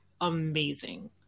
Amazing